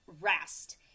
rest